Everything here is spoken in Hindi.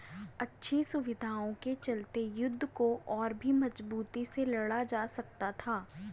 अच्छी सुविधाओं के चलते युद्ध को और भी मजबूती से लड़ा जा सकता था